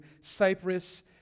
Cyprus